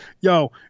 yo